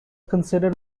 considered